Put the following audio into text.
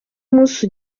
umunsi